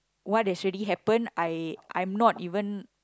what has already happened I I'm not even